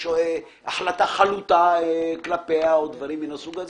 כבר החלה חלוטה כלפיה או דברים כיוצא בזה